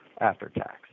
after-tax